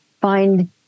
find